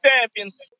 champions